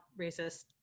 racist